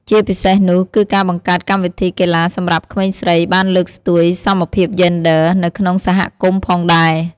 ជាពិសេសនោះ គឺការបង្កើតកម្មវិធីកីឡាសម្រាប់ក្មេងស្រីបានលើកស្ទួយសមភាពយេនឌ័រនៅក្នុងសហគមន៍ផងដែរ។